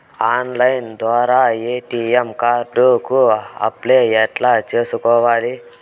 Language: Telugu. ఆన్లైన్ ద్వారా ఎ.టి.ఎం కార్డు కు అప్లై ఎట్లా సేసుకోవాలి?